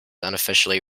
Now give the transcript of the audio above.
unofficially